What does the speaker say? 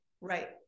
Right